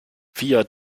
via